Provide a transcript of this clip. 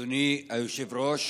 אדוני היושב-ראש,